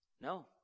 No